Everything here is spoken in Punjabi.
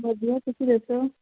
ਵਧੀਆ ਤੁਸੀਂ ਦੱਸੋ